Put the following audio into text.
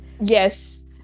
yes